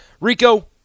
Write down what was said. Rico